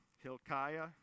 Hilkiah